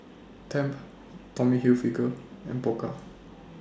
Tempt Tommy Hilfiger and Pokka